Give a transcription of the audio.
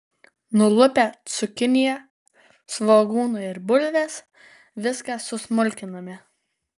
nulupę cukiniją svogūną ir bulves viską susmulkiname